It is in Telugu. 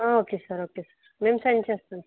ఓకే సార్ ఓకే సార్ నేను సెండ్ చేస్తాను సార్